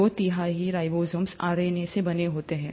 दो तिहाई ribosome RNA से बने होते हैं